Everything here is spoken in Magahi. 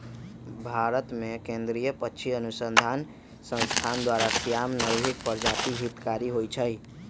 भारतमें केंद्रीय पक्षी अनुसंसधान संस्थान द्वारा, श्याम, नर्भिक प्रजाति हितकारी होइ छइ